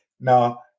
Now